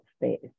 space